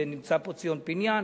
ונמצא פה ציון פיניאן,